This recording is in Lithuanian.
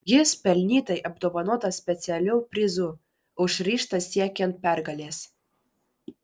jis pelnytai apdovanotas specialiu prizu už ryžtą siekiant pergalės